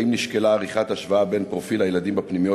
2. האם נשקלה עריכת השוואה בין פרופיל הילדים בפנימיות